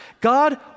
God